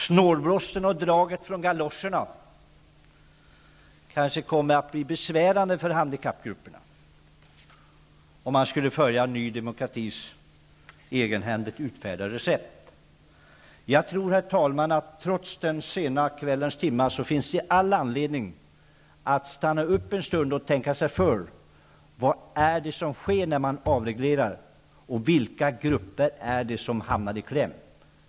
Snålblåsten och draget från galoscherna kanske blir besvärande för handikappgrupperna om man följer Trots den sena kvällen tror jag, herr talman, att det finns anledning att stanna upp en stund och tänka efter vad det är som sker när man avreglerar och vilka grupper det är som kommer i kläm.